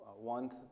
One